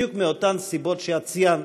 בדיוק מאותן סיבות שציינת: